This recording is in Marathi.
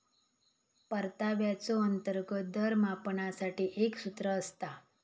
परताव्याचो अंतर्गत दर मापनासाठी एक सूत्र असता